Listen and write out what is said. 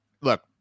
Look